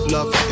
Love